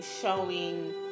showing